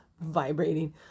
vibrating